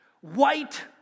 white